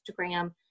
Instagram